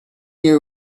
year